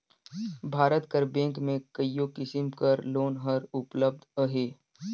भारत कर बेंक में कइयो किसिम कर लोन हर उपलब्ध अहे